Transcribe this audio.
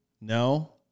No